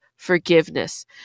forgiveness